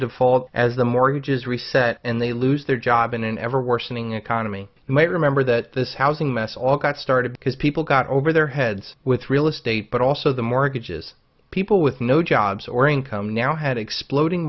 default as the mortgages reset and they lose their job in an ever worsening economy you might remember that this housing mess all got started because people got over their heads with real estate but also the mortgages people with no jobs or income now had exploding